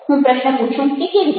હું પ્રશ્ન પૂછું કે કેવી રીતે